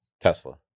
Tesla